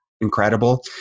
incredible